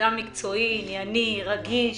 אדם מקצועי, ענייני, רגיש,